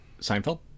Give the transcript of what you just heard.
Seinfeld